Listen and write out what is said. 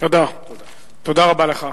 תודה רבה לך.